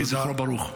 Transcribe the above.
יהי זכרו ברוך.